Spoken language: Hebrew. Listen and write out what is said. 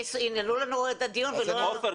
ינעלו לנו את הדיון ולא --- עופר,